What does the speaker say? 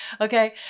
okay